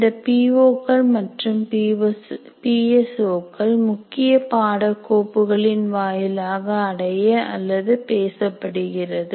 இந்த P O கள் மற்றும் பி எஸ் ஒ கள் முக்கிய பாடப் கோப்புகளின் வாயிலாக அடைய அல்லது பேசப்படுகிறது